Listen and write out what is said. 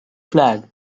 flag